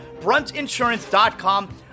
bruntinsurance.com